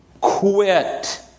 quit